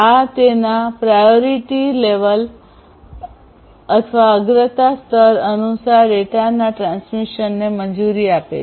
આ તેના priority level અગ્રતા સ્તર અનુસાર ડેટાના ટ્રાન્સમિશનને મંજૂરી આપે છે